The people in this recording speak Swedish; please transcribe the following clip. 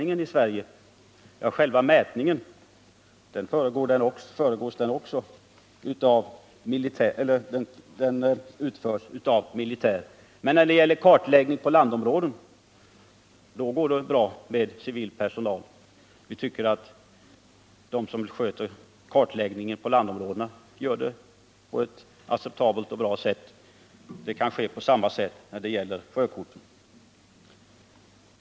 Beträffande sjökartsframställningen i Sverige kan nämnas att själva mätningen utförs av militär, men när det gäller kartläggning av landområden går det bra med civil personal. Vi tycker att de som sköter kartläggningen av landområdena gör det bra, och därför skulle man också kunna använda civil personal i fråga om sjökorten.